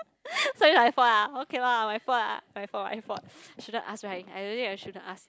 so it's my fault lah okay lah my fault lah my fault my fault shouldn't ask right I really shouldn't ask